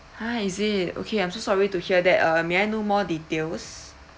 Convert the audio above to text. ha is it okay I'm so sorry to hear that uh may I know more details